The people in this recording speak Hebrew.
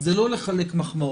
זה לא לחלק מחמאות.